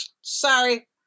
Sorry